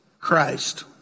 Christ